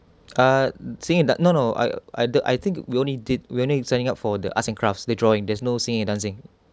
ah singing no no I I I think we only did we only signing up for the arts and crafts the drawing there's no singing and dancing